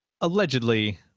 Allegedly